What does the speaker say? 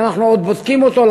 ואנחנו עוד בודקים אותו,